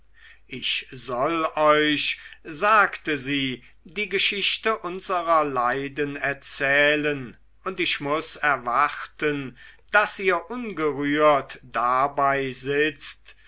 ich soll euch sagte sie die geschichte unserer leiden erzählen und ich muß erwarten daß ihr ungerührt dabei sitzt